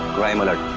crime alert.